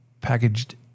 Packaged